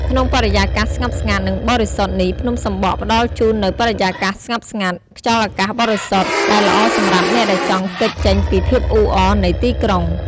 ក្នុងបរិយាកាសស្ងប់ស្ងាត់ និងបរិសុទ្ធនេះភ្នំសំបក់ផ្តល់ជូននូវបរិយាកាសស្ងប់ស្ងាត់ ខ្យល់អាកាសបរិសុទ្ធ ដែលល្អសម្រាប់អ្នកដែលចង់គេចចេញពីភាពអ៊ូអរនៃទីក្រុង ។